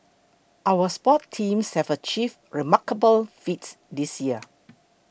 our sports teams have achieved remarkable feats this year